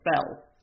spell